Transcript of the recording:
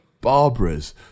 Barbara's